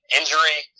injury